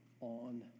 on